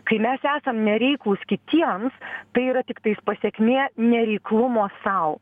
kai mes esam nereiklūs kitiems tai yra tiktais pasekmė nereiklumo sau